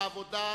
העבודה,